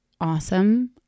awesome